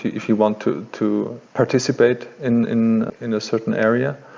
if you want to to participate in in a certain area.